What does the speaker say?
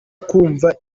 kumva